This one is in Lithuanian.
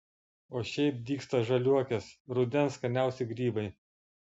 o šiaip dygsta žaliuokės rudens skaniausi grybai